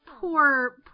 Poor